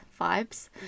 vibes